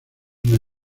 una